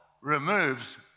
removes